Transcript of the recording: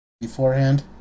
beforehand